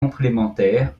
complémentaires